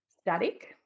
static